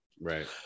Right